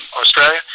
Australia